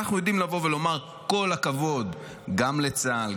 אנחנו יודעים לבוא ולומר: כל הכבוד גם לצה"ל,